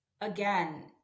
again